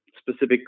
specific